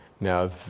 Now